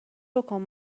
بکن